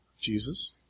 Jesus